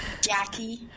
Jackie